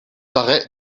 arrêts